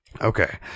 Okay